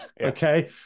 okay